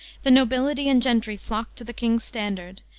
the nobility and gentry flocked to the king's standard.